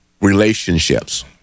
relationships